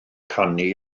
canu